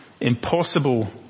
impossible